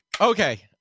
okay